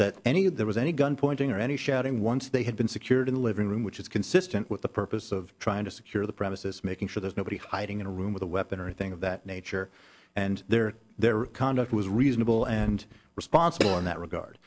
that any of there was any gun pointing or any shouting once they had been secured in the living room which is consistent with the purpose of trying to secure the premises making sure there's nobody hiding in a room with a weapon or anything of that nature and their their conduct was reasonable and responsible in that regard